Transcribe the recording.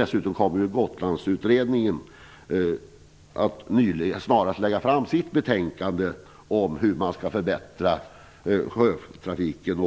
Dessutom kommer Gotlandsutredningen att snarast lägga fram sitt betänkande om hur man skall förbättra